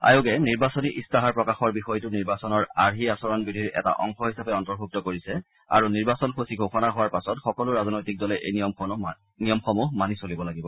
আয়োগে নিৰ্বাচনী ইস্তাহাৰ প্ৰকাশৰ বিষয়টো নিৰ্বাচনৰ আৰ্হি আচৰণবিধিৰ এটা অংশ হিচাপে অন্তৰ্ভুক্ত কৰিছে আৰু নিৰ্বাচন সূচী ঘোষণা হোৱাৰ পাছত সকলোবোৰ ৰাজনৈতিক দলে এই নিয়মসমূহ মানি চলিব লাগিব